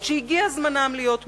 אף-על-פי שהגיע זמנם להיות מוחלפים.